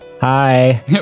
Hi